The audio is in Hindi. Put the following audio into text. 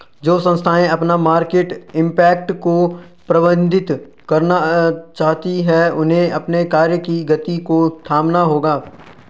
जो संस्थाएं अपना मार्केट इम्पैक्ट को प्रबंधित करना चाहती हैं उन्हें अपने कार्य की गति को थामना होगा